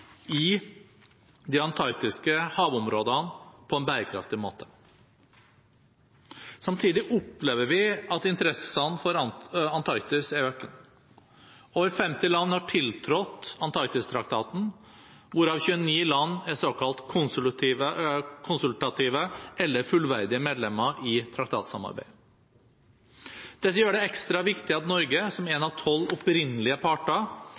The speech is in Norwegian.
i de antarktiske havområdene på en bærekraftig måte. Samtidig opplever vi at interessen for Antarktis er økende. Over 50 land har tiltrådt Antarktistraktaten, hvorav 29 land er såkalt konsultative – eller fullverdige – medlemmer i traktatsamarbeidet. Dette gjør det ekstra viktig at Norge, som en av tolv opprinnelige parter,